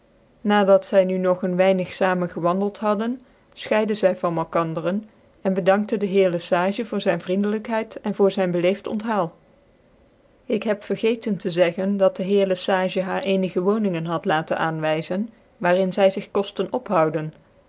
dat zy nu noe een weinig te zamen gewandelt hadden fchciden zy van malkandercn cn bedankte de heer lc sage voor zyn vriendelykheid cn voor zyn beleefd onthaal ik heb vergeten te zeggen dat de heer lc sage haareenige woningen had laten aanwyzcn waar in zy zig koften